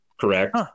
correct